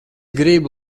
gribu